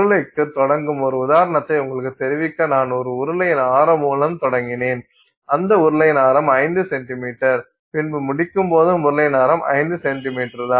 உருளைக்கு தொடங்கும் ஒரு உதாரணத்தை உங்களுக்குத் தெரிவிக்க நான் ஒரு உருளையின் ஆரம் மூலம் தொடங்கினேன் அந்த உருளையின் ஆரம் 5 சென்டிமீட்டர் பின்பு முடிக்கும் போதும் உருளையின் ஆரம் 5 சென்டிமீட்டர் தான்